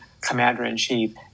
commander-in-chief